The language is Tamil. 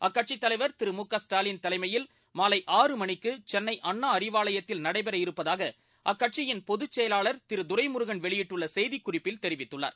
அக்கட்சித் தலைவர் திரு மு க ஸ்டாலின் தலைமையில் மாலை ஆறுமணிக்கு சென்னை அண்ணா அறிவாவயத்தில் நடைபெற இருப்பதாக அக்கட்சியின் பொதுச் செயலாளர் திரு துரைமுருகன் வெளியிட்டுள்ள செய்திக்குறிப்பில் தெரிவித்துள்ளார்